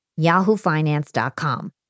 yahoofinance.com